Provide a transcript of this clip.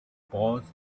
paused